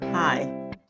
Hi